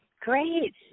Great